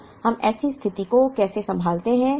अब हम ऐसी स्थिति को कैसे संभालते हैं